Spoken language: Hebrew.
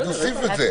אז נוסיף את זה.